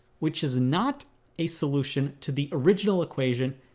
which is not a solution to the original equation,